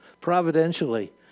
providentially